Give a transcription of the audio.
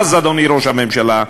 אדוני ראש הממשלה,